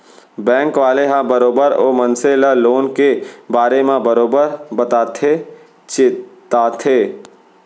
bank वाले ह बरोबर ओ मनसे ल लोन के बारे म बरोबर बताथे चेताथे